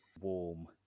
warm